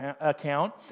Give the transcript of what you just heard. account